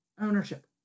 ownership